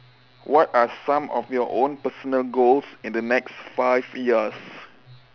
what are some of your own personal goals in the next five years